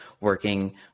working